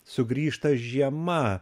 sugrįžta žiema